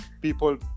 people